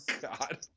God